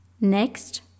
Next